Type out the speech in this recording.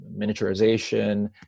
miniaturization